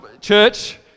church